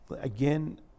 Again